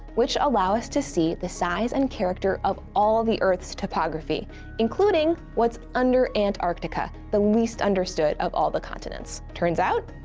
which allow us to see the size and character of all of the earth's topography including what's under antarctica, the least understood of all the continents. turns out,